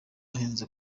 ahenze